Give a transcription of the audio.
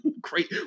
great